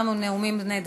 תמו הנאומים בני דקה,